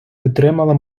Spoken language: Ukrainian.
підтримала